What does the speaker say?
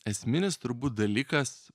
esminis turbūt dalykas